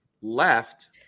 left